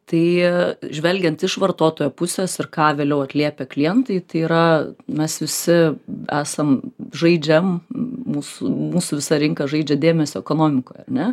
tai žvelgiant iš vartotojo pusės ir ką vėliau atliepia klientai tai yra mes visi esam žaidžiam mūsų mūsų visa rinka žaidžia dėmesio ekonomikoj ar ne